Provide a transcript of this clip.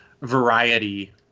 variety